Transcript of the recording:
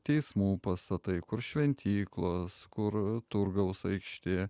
teismų pastatai kur šventyklos kur turgaus aikštė